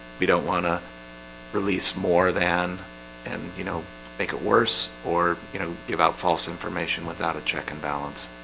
we don't want to release more than and you know make it worse or you know, give out false information without a check-and-balance